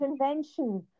invention